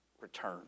return